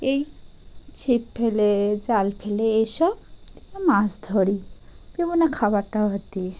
এই ছিপ ফেলে জাল ফেলে এইসব মাছ ধরি খাবার টাবার দি